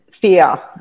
fear